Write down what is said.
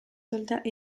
soldats